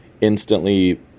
instantly